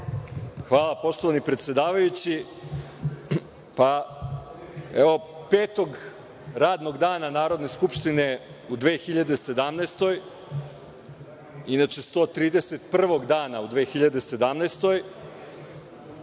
Hvala, poštovani predsedavajući. Evo, petog radnog dana Narodne skupštine u 2017. godini, inače 131. dana u 2017.